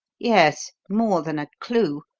yes, more than a clue.